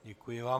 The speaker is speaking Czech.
Děkuji vám.